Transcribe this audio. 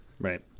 Right